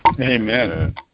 Amen